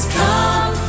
come